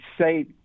say